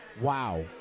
wow